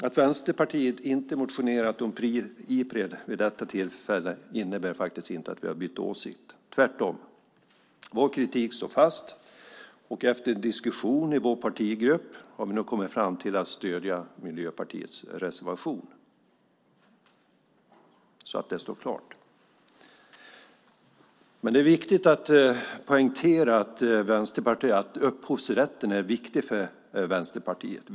Att Vänsterpartiet inte har motionerat om Ipred vid detta tillfälle innebär faktiskt inte att vi har bytt åsikt, tvärtom. Vår kritik står fast. Efter diskussion i vår partigrupp har vi kommit fram till att stödja Miljöpartiets reservation. Det vill jag säga så att det står klart. Det är viktigt att poängtera att upphovsrätten är viktig för Vänsterpartiet.